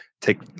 take